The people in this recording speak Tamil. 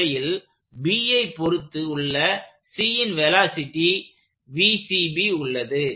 திசையில் Bஐ பொருத்து உள்ள Cன் வெலாசிட்டி உள்ளது